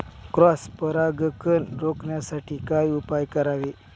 Cross परागकण रोखण्यासाठी काय उपाय करावे?